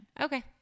Okay